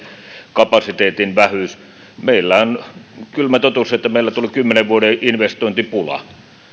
kapasiteetin vähyys on kylmä totuus että meillä tuli kymmenen vuoden investointipula